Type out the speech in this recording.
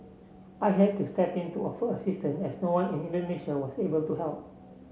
I had to step in to offer assistance as no one in Indonesia was able to help